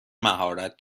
مهارت